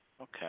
Okay